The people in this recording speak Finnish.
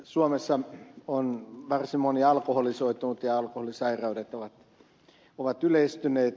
suomessa on varsin moni alkoholisoitunut ja alkoholisairaudet ovat yleistyneet